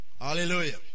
Hallelujah